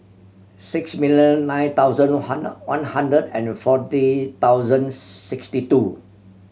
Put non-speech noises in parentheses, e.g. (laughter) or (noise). six million nine thousand (unintelligible) one hundred and fourteen thousand sixty two